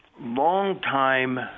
longtime